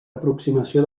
aproximació